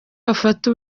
bafata